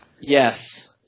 Yes